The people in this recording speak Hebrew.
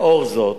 לאור זאת,